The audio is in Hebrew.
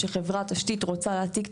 כשחברת תשתית רוצה להעתיק תשתיות,